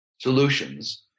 solutions